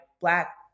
black